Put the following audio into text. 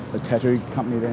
a tattoo company there